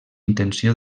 intenció